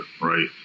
right